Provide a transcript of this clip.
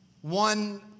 One